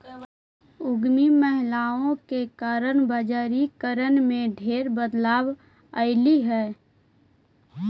उद्यमी महिलाओं के कारण बजारिकरण में ढेर बदलाव अयलई हे